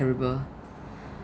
terrible